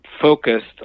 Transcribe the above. focused